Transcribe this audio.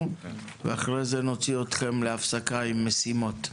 ואחרי זה נוציא אתכם להפסקה עם משימות.